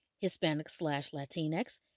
Hispanic-slash-Latinx